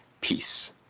Peace